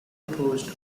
opposed